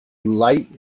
light